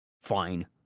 fine